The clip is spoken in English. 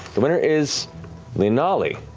the winner is lihnali.